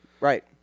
Right